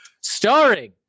starring